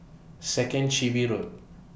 Second Chin Bee Road